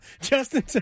Justin